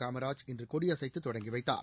காமராஜ் இன்று கொடியசைத்து தொடங்கி வைத்தார்